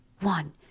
one